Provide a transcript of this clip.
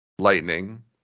Lightning